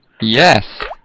Yes